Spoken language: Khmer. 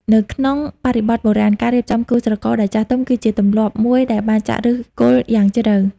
នៅក្នុងបរិបទបុរាណ ការរៀបចំគូស្រករដោយចាស់ទុំ គឺជាទម្លាប់មួយដែលបានចាក់ឫសគល់យ៉ាងជ្រៅ។